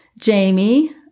Jamie